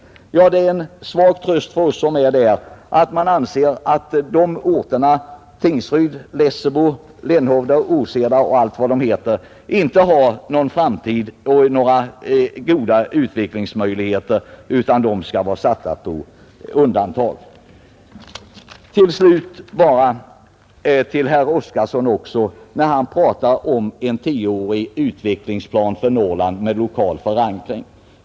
Det är en svag tröst för oss som är därifrån att man anser att orterna Tingsryd, Lessebo, Lenhovda, Åseda och vad de heter inte har någon framtid och inte några goda utvecklingsmöjligheter utan skall vara satta på undantag. Till slut vill jag bara säga några ord till herr Oskarson, som talar om en tioårig utvecklingsplan för Norrland med lokal förankring.